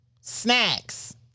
Snacks